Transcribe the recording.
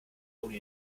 ohne